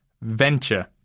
Venture